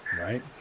Right